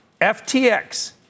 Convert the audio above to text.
FTX